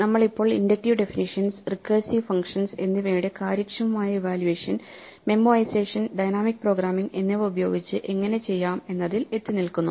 നമ്മൾ ഇപ്പോൾ inductive definitions recursive functions എന്നിവയുടെ കാര്യക്ഷമമായ ഇവാലുവേഷൻ മെമ്മോഐസേഷൻ ഡൈനാമിക് പ്രോഗ്രാമിംഗ് എന്നിവ ഉപയോഗിച്ച് എങ്ങിനെ ചെയ്യാം എന്നതിൽ എത്തി നിൽക്കുന്നു